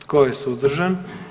Tko je suzdržan?